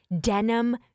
denim